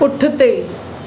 पुठिते